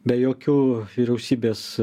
be jokių vyrausybės